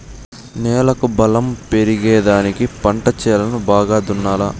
నేలకు బలం పెరిగేదానికి పంట చేలను బాగా దున్నాలా